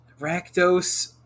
Rakdos